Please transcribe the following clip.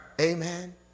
Amen